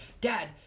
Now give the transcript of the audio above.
dad